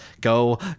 Go